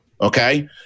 Okay